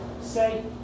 Say